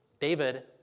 David